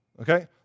Okay